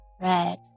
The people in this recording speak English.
Red